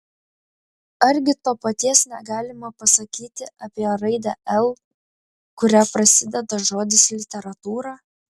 argi to paties negalima pasakyti apie raidę l kuria prasideda žodis literatūra